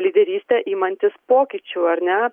lyderystė imantis pokyčių ar ne